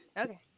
Okay